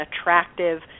attractive